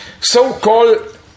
so-called